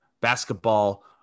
basketball